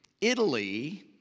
Italy